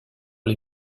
les